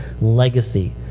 legacy